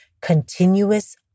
continuous